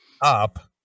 up